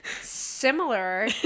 similar